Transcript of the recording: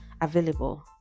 available